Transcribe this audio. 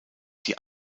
die